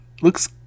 looks